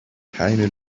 keine